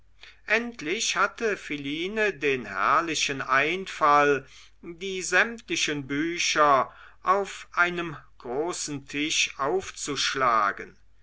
endlich hatte philine den herrlichen einfall die sämtlichen bücher auf einem großen tisch aufzuschlagen